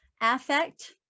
affect